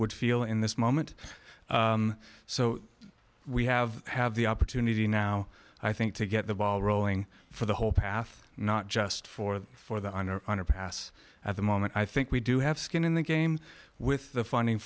would feel in this moment so we have have the opportunity now i think to get the ball rolling for the whole path not just for the for the honor underpass at the moment i think we do have skin in the game with the funding